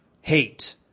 hate